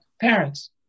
parents